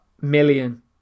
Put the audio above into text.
Million